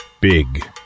Big